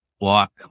walk